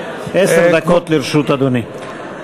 עשר דקות לרשות אדוני.